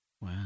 Wow